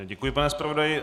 Děkuji, pane zpravodaji.